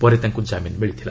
ପରେ ତାଙ୍କୁ ଜାମିନ ମିଳିଥିଲା